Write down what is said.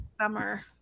summer